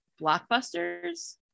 blockbusters